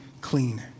clean